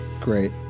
Great